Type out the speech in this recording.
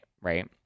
right